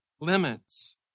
limits